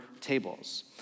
tables